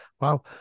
wow